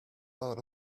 out